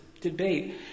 debate